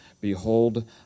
Behold